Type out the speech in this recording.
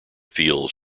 fields